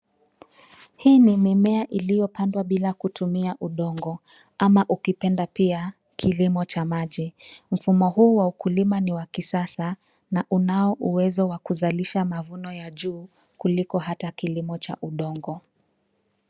Hii ni mimea iliyopandwa bila kutumia udongo, ama ukipenda pia kilimo cha maji. Mfumo huu wa ukulima ni wa kisasa na unao uwezo wa kuzalisha mavuno ya juu, kuliko hata kilimo cha udongo.